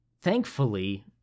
thankfully